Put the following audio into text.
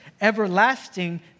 everlasting